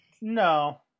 no